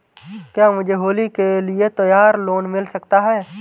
क्या मुझे होली के लिए त्यौहार लोंन मिल सकता है?